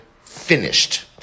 finished